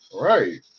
Right